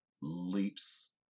leaps